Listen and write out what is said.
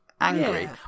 angry